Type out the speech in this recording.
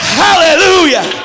hallelujah